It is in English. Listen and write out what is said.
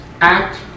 act